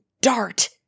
dart